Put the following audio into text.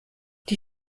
die